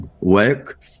work